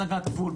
הסגת גבול,